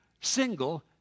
single